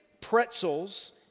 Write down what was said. pretzels